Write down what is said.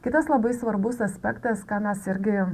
kitas labai svarbus aspektas ką mes irgi